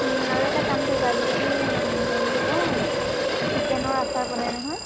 আৰু এটা কাম কৰিবা আজিকালি হেৰি আকৌ চিকেনৰ আচাৰ বনাই নহয়